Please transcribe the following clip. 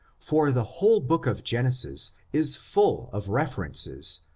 for the whole book of genesis is full of refer ences,